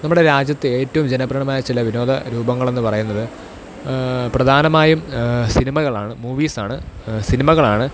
നമ്മുടെ രാജ്യത്ത് ഏറ്റവും ജനപ്രിയമായ ചില വിനോദരൂപങ്ങൾ എന്ന് പറയുന്നത് പ്രധാനമായും സിനിമകളാണ് മൂവീസ് ആണ് സിനിമകളാണ്